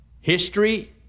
history